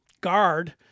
guard